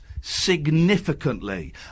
significantly